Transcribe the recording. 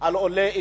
על עולי אתיופיה.